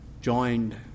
joined